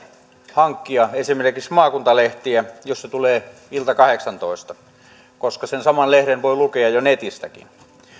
hankkia esimerkiksi maakuntalehtiä jos ne tulevat illalla kello kahdeksantoista koska sen saman lehden voi lukea jo netistäkin